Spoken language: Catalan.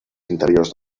interiors